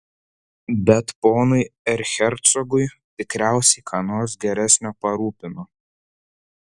bet ponui erchercogui tikriausiai ką nors geresnio parūpino